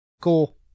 cool